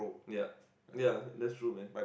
ya ya that's true man